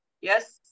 yes